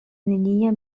neniam